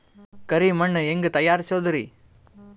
ಕರಿ ಮಣ್ ಹೆಂಗ್ ತಯಾರಸೋದರಿ?